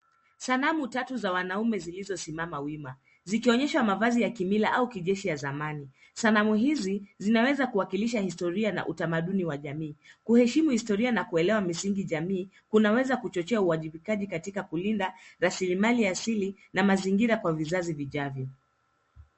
Sanamu tatu za wanaume zilizo simama wima zikionyesha mavazi ya kimila au kijeshi za zamani. Sanamu hizi zinaweza kuakilisha historia na utamaduni wa jamii kuheshimu historia na kuelea misingi jamii kuna weza kuchochea uwajibikaji katika kulinda raslimali asili na mazingira kwa vizazi vijazo.